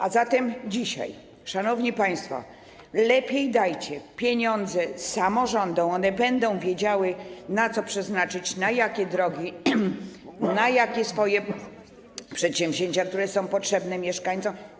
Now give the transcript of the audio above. A zatem dzisiaj, szanowni państwo, lepiej dajcie pieniądze samorządom, one będą wiedziały, na co je przeznaczyć, na jakie drogi, na jakie przedsięwzięcia potrzebne mieszkańcom.